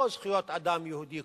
לא זכויות אדם יהודי,